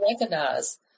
recognize